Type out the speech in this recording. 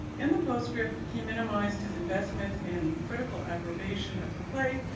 in the postscript he minimized his investment in critical approbation of the play,